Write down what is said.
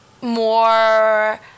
more